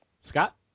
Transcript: Scott